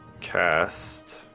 cast